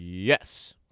Yes